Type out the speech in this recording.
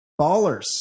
Ballers